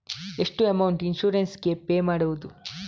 ಎಷ್ಟು amount insurance ಗೇ pay ಮಾಡುವುದು?